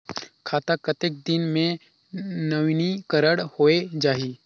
खाता कतेक दिन मे नवीनीकरण होए जाहि??